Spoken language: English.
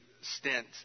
stint